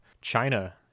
China